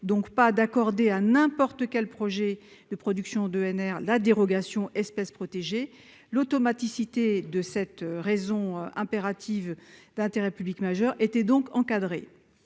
donc pas d'accorder à n'importe quel projet de production d'EnR la dérogation « espèces protégées »; l'automaticité de cette raison impérative d'intérêt public majeur était encadrée.